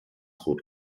rot